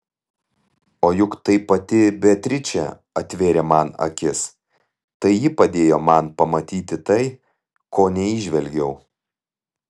o juk tai pati beatričė atvėrė man akis tai ji padėjo man pamatyti tai ko neįžvelgiau